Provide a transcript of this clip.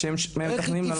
כשהם מתכננים לעלות.